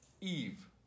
Eve